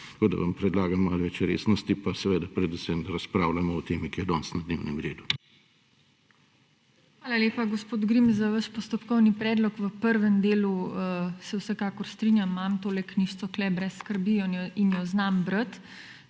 Tako vam predlagam malo več resnosti, pa seveda predvsem razpravljamo o temi, ki je danes na dnevnem redu. **PODPREDSEDNICA TINA HEFERLE:** Hvala lepa, gospod Grims, za vaš postopkovni predlog. V prvem delu se vsekakor strinjam, imam tole knjižico tu, brez skrbi in jo znam brati,